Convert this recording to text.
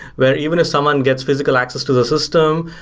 where even if someone gets physical access to the system,